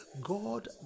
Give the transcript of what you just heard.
God